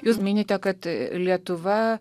jūs minite kad lietuva